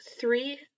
three